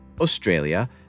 Australia